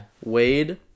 Wade